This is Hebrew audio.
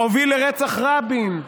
הוביל לרצח רבין.